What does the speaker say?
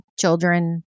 children